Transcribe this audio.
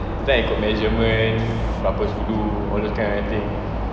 like ikut measurement berapa sudu all those kind of thing